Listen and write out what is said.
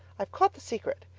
i've caught the secret.